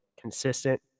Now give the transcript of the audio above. consistent